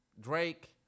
Drake